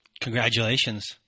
Congratulations